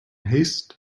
haste